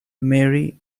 mary